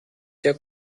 sehr